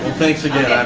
thanks again.